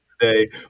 today